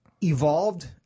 evolved